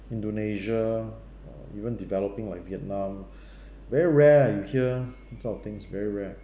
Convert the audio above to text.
indonesia uh even developing like vietnam very rare ah you hear these sort of type of things very rare